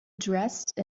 dressed